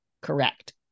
Correct